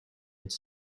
гэж